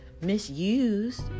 misused